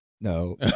No